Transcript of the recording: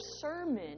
sermon